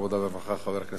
חבר הכנסת חיים כץ.